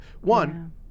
One